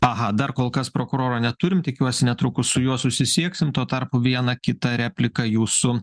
aha dar kol kas prokuroro neturim tikiuosi netrukus su juo susisieksim tuo tarpu vieną kitą repliką jūsų